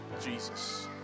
Jesus